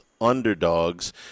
underdogs